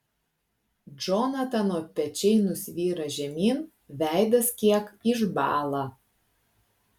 džonatano pečiai nusvyra žemyn veidas kiek išbąla